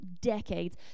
decades